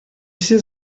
все